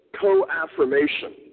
co-affirmation